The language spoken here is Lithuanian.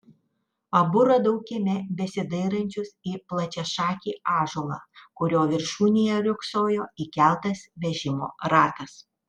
abu radau kieme besidairančius į plačiašakį ąžuolą kurio viršūnėje riogsojo įkeltas vežimo ratas